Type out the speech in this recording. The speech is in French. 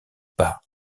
pas